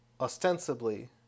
ostensibly